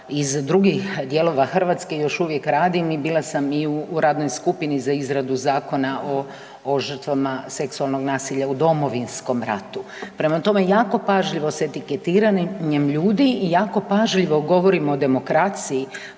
iz drugih dijelova Hrvatske i još uvijek radim i bila sam i u radnoj skupini za izradu zakona o žrtvama seksualnog nasilja u Domovinskom ratu. Prema tome, jako pažljivo s etiketiranjem ljude i jako pažljivo govorimo o demokraciji